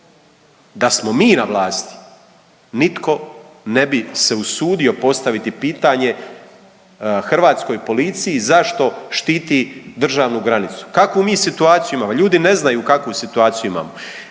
Da smo mi na vlasti nitko ne bi se usudio postaviti pitanje hrvatskoj policiji zašto štiti državnu granicu. Kakvu mi situaciju imamo? Ljudi ne znaju kakvu situaciju imamo.